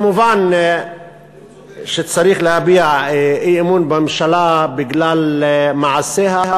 כמובן שצריך להביע אי-אמון בממשלה בגלל מעשיה,